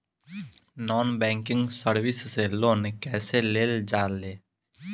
Non banking service से loan कैसे लेल जा ले?